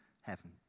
heaven